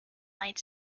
light